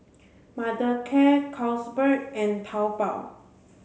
Mothercare Carlsberg and Taobao